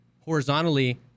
horizontally